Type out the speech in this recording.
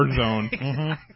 zone